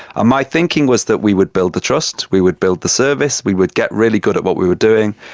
my thinking was that we would build the trust, we would build the service, we would get really good at what we were doing,